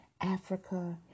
Africa